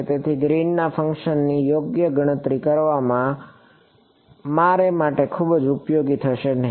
તેથી ગ્રીન ના ફંક્શનની યોગ્ય ગણતરી કરવામાં આ મારા માટે ખૂબ ઉપયોગી થશે નહીં